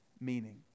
meaning